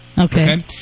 Okay